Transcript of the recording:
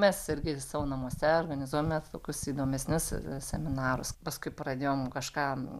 mes irgi savo namuose organizuojame tokius įdomesnius seminarus paskui pradėjom kažką